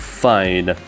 fine।